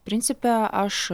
principe aš